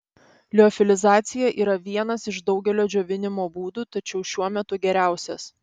liofilizacija yra vienas iš daugelio džiovinimo būdų tačiau šiuo metu geriausias